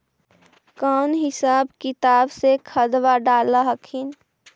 कौन हिसाब किताब से खदबा डाल हखिन?